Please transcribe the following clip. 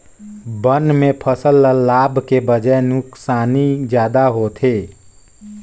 बन में फसल ल लाभ के बजाए नुकसानी जादा होथे